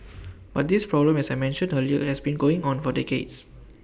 but this problem as I mentioned earlier has been going on for decades